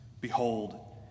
Behold